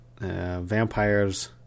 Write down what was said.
Vampires